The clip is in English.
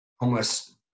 homeless